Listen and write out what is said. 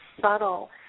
subtle